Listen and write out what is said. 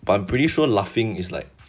but pretty sure laughing is like